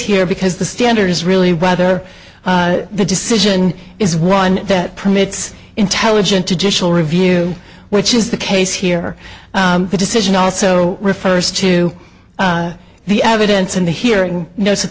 here because the standard is really whether the decision is one that permits intelligent additional review which is the case here the decision also refers to the evidence in the hearing kno